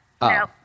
No